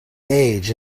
age